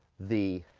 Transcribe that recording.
the